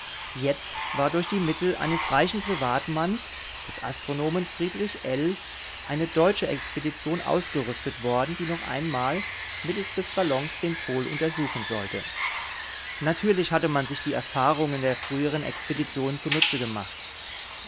jetzt war durch die mittel eines reichen privatmanns des astronomen friedrich ell eine deutsche expedition ausgerüstet worden die noch einmal mittels des ballons den pol untersuchen sollte natürlich hatte man sich die erfahrungen der früheren expeditionen zunutze gemacht